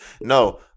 No